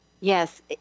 Yes